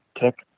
tick